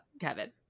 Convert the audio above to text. Kevin